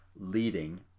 leading